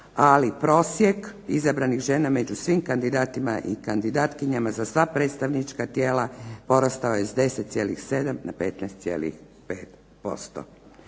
ali prosjek izabranih žena među svim kandidatima i kandidatkinjama za sva predstavnička tijela porastao je s 10,7 na 15,5%.